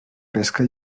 pesca